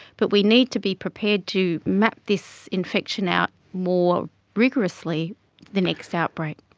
but we need to be prepared to map this infection out more rigorously the next outbreak.